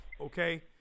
Okay